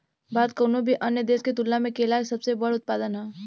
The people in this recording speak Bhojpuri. भारत कउनों भी अन्य देश के तुलना में केला के सबसे बड़ उत्पादक ह